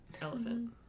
elephant